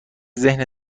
ذهن